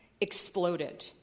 exploded